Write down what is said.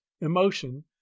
emotion